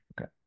okay